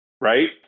Right